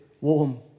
warm